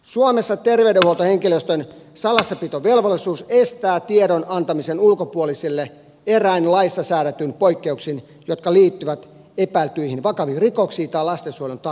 suomessa terveydenhuoltohenkilöstön salassapitovelvollisuus estää tiedon antamisen ulkopuolisille eräin laissa säädetyin poikkeuksin jotka liittyvät epäiltyihin vakaviin rikoksiin tai lastensuojelun tarpeeseen